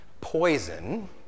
Poison